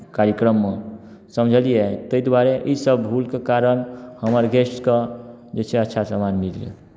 कार्यक्रममे समझलियै ताहि दुआरे ईसभ भूलके कारण हमर गेस्टके जे छै से अच्छा सम्मान मिललै